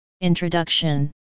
Introduction